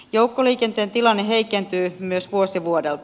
joukkoliikenteen tilanne heikentyy myös vuosi vuodelta